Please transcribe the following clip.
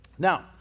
Now